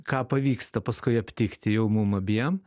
ką pavyksta paskui aptikti jau mum abiem